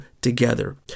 together